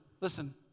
Listen